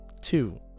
two